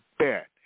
bet